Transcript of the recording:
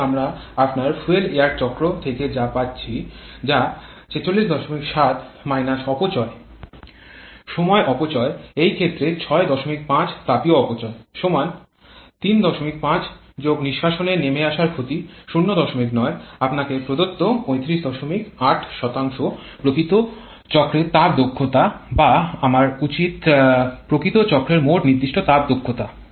এটিই আমরা আপনার ফুয়েল এয়ার চক্র থেকে যা পাচ্ছি যা ৪৬৭ অপচয় সময় অপচয় এই ক্ষেত্রে ৬৫ তাপীয় অপচয় ৩৫ নিষ্কাশন নেমে আসার ক্ষতি ০৯ আপনাকে প্রদত্ত ৩৫৮ প্রকৃত চক্রের তাপ দক্ষতা বা আমার বলা উচিত প্রকৃত চক্রের মোট নির্দিষ্ট তাপ দক্ষতা